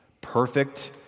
perfect